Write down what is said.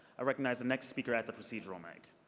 recognize the next speaker at the procedural mic.